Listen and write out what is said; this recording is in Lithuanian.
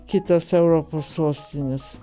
kitas europos sostines